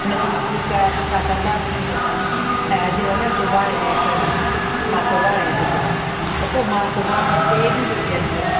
हुन चई ठीकु आहे असां कंदासीं तुंहिंजो कमु ऐं अॼु वञो सुभाणे ॾिसंदासीं तव्हां सुभाणे अचिजो त पोइ मां सुभाणे ॿिए ॾींहं बि वियसि